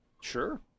Sure